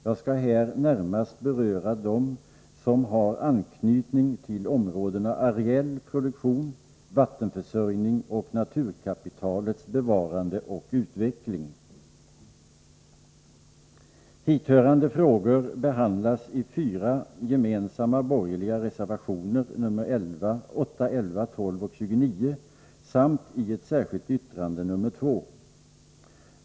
Jag skall här närmare beröra dem som har anknytning till områdena areell produktion, vattenförsörjning och naturkapitalets bevarande och utveckling.